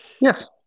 Yes